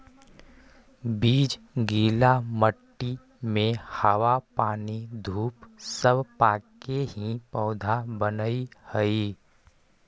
बीज गीला मट्टी में हवा पानी धूप सब पाके ही पौधा बनऽ हइ